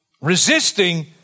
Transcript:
resisting